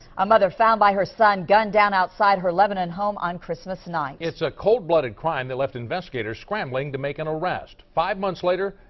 a mother found by her son, gunned down outside her lebanon home on christmas night. it's a cold blooded crime that left investigators scrambling to make an arrest. five months later,